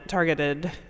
Targeted